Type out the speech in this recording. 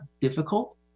difficult